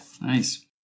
Nice